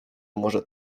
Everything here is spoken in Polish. może